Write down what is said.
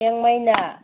ꯌꯦꯡꯃꯩꯅ